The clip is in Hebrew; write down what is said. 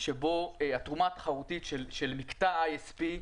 שבו התרומה התחרותית של מקטע ISP,